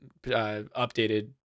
updated